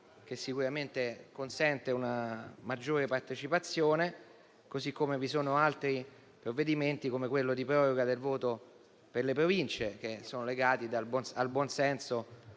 che sicuramente consente una maggiore partecipazione. Così come vi sono altri provvedimenti, come quello di proroga del voto per le Province, che sono legati al buon senso